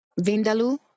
Vindaloo